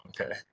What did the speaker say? Okay